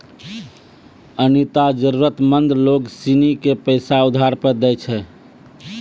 अनीता जरूरतमंद लोग सिनी के पैसा उधार पर दैय छै